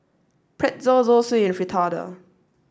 Pretzel Zosui and Fritada